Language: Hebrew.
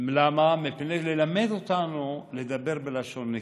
למה, כדי ללמד אותנו לדבר בלשון נקייה.